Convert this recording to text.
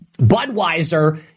Budweiser